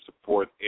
support